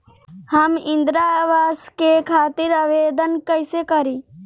हम इंद्रा अवास के खातिर आवेदन कइसे करी?